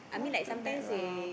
not too bad lah